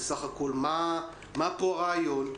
מה פה הרעיון?